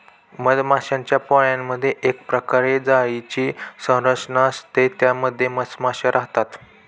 मधमाश्यांच्या पोळमधे एक प्रकारे जाळीची संरचना असते त्या मध्ये मधमाशा राहतात